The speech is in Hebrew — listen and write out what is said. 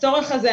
הצורך הזה,